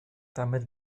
damit